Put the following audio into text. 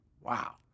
Wow